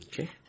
Okay